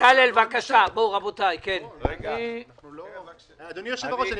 אדוני היושב-ראש,